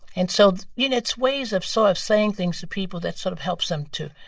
and so, you know, it's ways of sort of saying things to people that sort of helps them to